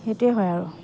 সেইটোৱে হয় আৰু